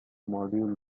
module